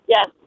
Yes